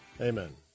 Amen